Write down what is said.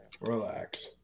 relax